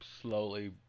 slowly